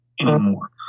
anymore